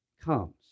comes